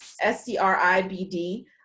S-C-R-I-B-D